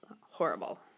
horrible